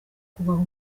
kubaho